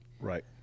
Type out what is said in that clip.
Right